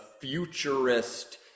futurist